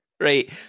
Right